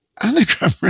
anagram